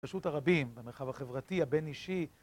ברשות הרבים, במרחב החברתי, הבין אישי